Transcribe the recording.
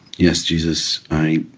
yes, jesus, i'm